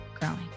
growing